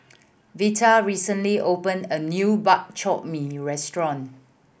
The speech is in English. Veta recently opened a new Bak Chor Mee restaurant